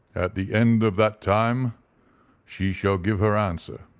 at the end of that time she shall give her answer.